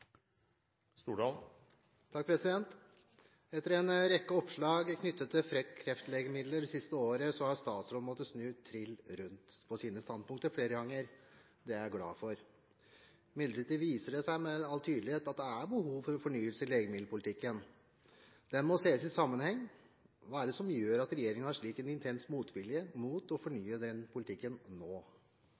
Etter en rekke oppslag knyttet til kreftlegemidler det siste året har statsråden måttet snu trill rundt på sine standpunkter flere ganger, og det er jeg glad for. Imidlertid viser det seg med all tydelighet at det er behov for en fornyelse i legemiddelpolitikken. Den må ses i sammenheng. Hva er det som gjør at regjeringen har en slik intens motvilje mot å fornye den politikken nå?